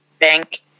bank